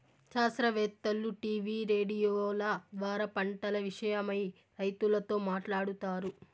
శాస్త్రవేత్తలు టీవీ రేడియోల ద్వారా పంటల విషయమై రైతులతో మాట్లాడుతారు